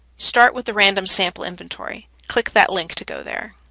start with the random sample inventory. click that link to go there.